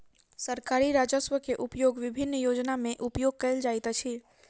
सरकारी राजस्व के उपयोग विभिन्न योजना में उपयोग कयल जाइत अछि